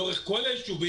לאורך כל היישובים,